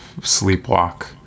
sleepwalk